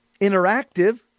Interactive